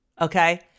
okay